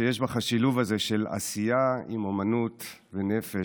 שיש בך השילוב הזה של העשייה עם אומנות ונפש.